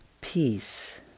peace